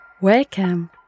Welcome